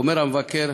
אומר המבקר,